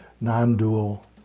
non-dual